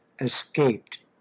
escaped